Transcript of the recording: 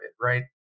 right